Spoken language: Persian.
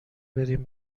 بریم